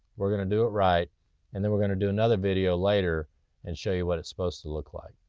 we're gonna do it right and then we're gonna do another video later and show you what it's supposed to look like,